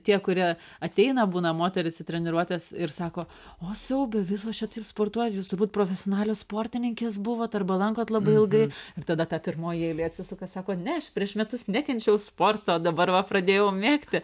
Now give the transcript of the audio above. tie kurie ateina būna moterys į treniruotes ir sako o siaube visos čia taip sportuojat jūs turbūt profesionalios sportininkės buvot arba lankot labai ilgai ir tada ta pirmoji eilė atsisuka sako ne prieš metus nekenčiau sporto dabar va pradėjau mėgti